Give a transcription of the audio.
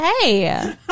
hey